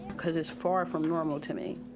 cause it's far from normal to me.